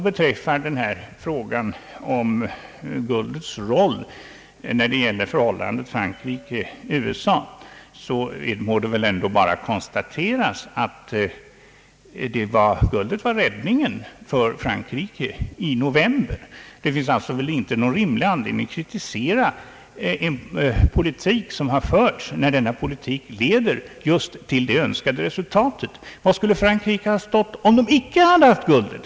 Beträffande frågan om guldets roll i förhållandet Frankrike—USA må bara konstateras att det var guldet som räddade Frankrike under krisen i november. Det finns knappast någon rimlig anledning att kritisera en politik som förts, när denna politik leder just till det önskade resultatet. Var skulle Frankrike ha stått om landet inte haft guldet?